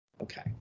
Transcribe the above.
Okay